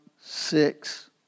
six